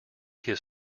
its